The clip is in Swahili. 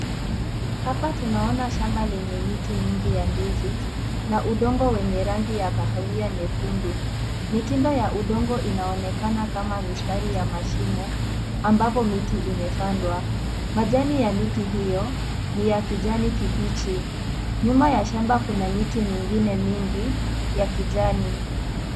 Hapa tunaona shamba lenye miti mingi ya ndizi na udongo wenye rangi ya kahawia nyekundu, mitindo ya udongo inaonekana kama mistari ya mashimo, ambapo miti imepandwa, majani ya miti hio ni ya kijani kibichi, nyuma ya shamba kuna miti mingine mingi ya kijani.